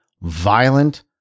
violent